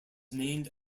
named